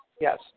Yes